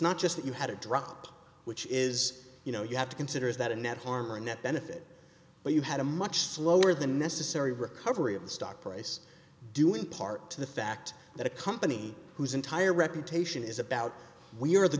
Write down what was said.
not just that you had a drop which is you know you have to consider is that a net harm or a net benefit but you had a much slower than necessary recovery of the stock price doing part to the fact that a company whose entire reputation is about we're the